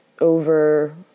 over